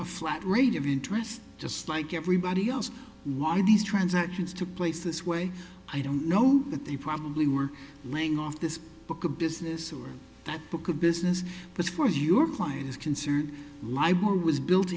a flat rate of interest just like everybody else why these transactions took place this way i don't know that they probably were laying off this book of business or that book of business but four of your clients consider libel was built